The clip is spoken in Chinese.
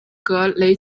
格雷